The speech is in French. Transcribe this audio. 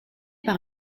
par